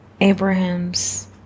Abraham's